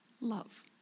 love